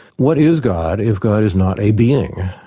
what is god if god is not a being?